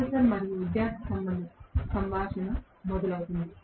professor మరియు విద్యార్థి మధ్య సంభాషణ మొదలవుతుంది